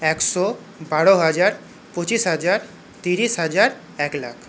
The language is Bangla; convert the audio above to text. একশো বারো হাজার পঁচিশ হাজার তিরিশ হাজার এক লাখ